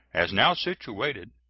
as now situated,